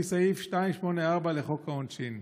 לפי סעיף 284 לחוק העונשין".